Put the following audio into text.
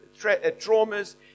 traumas